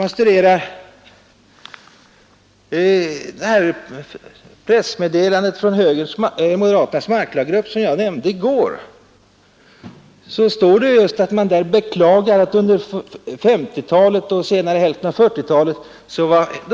I pressmeddelandet från moderaternas marklagsgrupp, som jag omnämnde i går, står just att man beklagar att dåvarande högern under 1950 och 1960-talen och senare hälften av 1940-talet inte